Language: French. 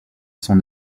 son